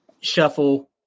shuffle